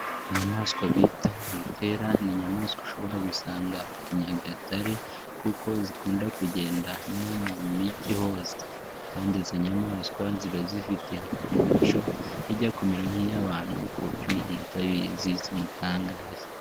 Inyamaswa bita ibitera ni inyamaswa ushobora gusanga i Nyagatare kuko zikunda kugenda no mu mijyi hose kandi izo nyamaswa ziba zifite imico ijyakumera nk'iy'abantu ku buryo umuntu utabizi zimutangaza.